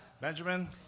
Benjamin